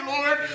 Lord